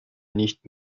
nicht